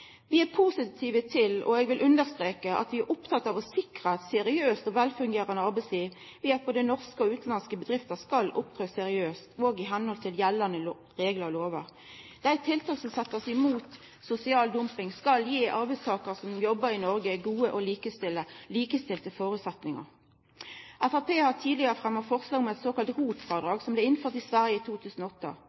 Vi er positive til – og eg vil understreke at vi er opptekne av – å sikra eit seriøst og velfungerande arbeidsliv ved at både norske og utanlandske bedrifter skal opptre seriøst og i samsvar med gjeldande lovar og reglar. Dei tiltaka som blir sette inn mot sosial dumping, skal gje arbeidstakarar som jobbar i Noreg, gode og likestilte vilkår. Framstegspartiet har tidlegare fremja forslag om eit såkalla ROT-frådrag, som blei innført i Sverige i 2008.